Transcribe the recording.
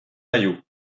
mayo